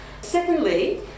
Secondly